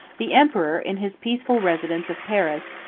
the emperor, in his peaceful residence of paris,